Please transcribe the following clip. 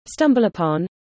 StumbleUpon